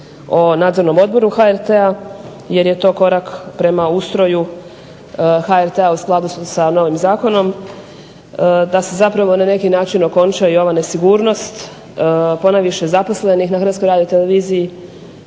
o nadzornom odboru HRT-a jer je to korak prema ustroju HRT-a u skladu sa novim Zakonom da se na neki način okonča ova nesigurnost, ponajviše zaposlenih na Hrvatskoj radioteleviziji